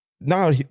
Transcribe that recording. now